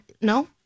No